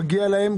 מה שמגיע להם,